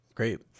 Great